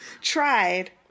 Tried